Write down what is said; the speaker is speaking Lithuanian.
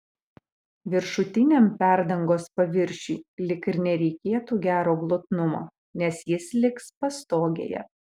viršutiniam perdangos paviršiui lyg ir nereikėtų gero glotnumo nes jis liks pastogėje